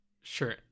Sure